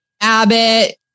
Abbott